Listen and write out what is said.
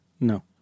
No